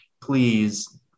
please